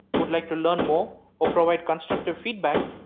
would like to learn more or provide constructive feedback,